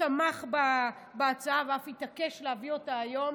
שתמך בהצעה ואף התעקש להביא אותה היום.